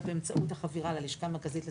באמצע החבירה ללשכה המרכזית לסטטיסטיקה.